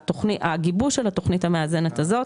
שהגיבוש של התוכנית המאזנת הזאת,